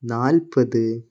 നാൽപത്